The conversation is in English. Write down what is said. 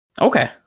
Okay